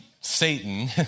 Satan